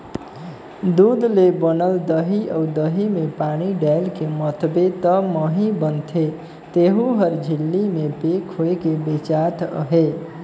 दूद ले बनल दही अउ दही में पानी डायलके मथबे त मही बनथे तेहु हर झिल्ली में पेक होयके बेचात अहे